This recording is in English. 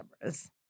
cameras